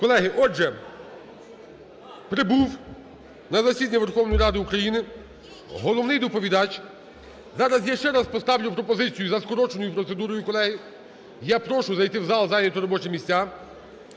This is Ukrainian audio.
Колеги, отже, прибув на засідання Верховної Ради України головний доповідач. Зараз я ще раз поставлю пропозицію за скороченою процедурою, колеги. Я прошу зайти в зал, зайняти робочі місця.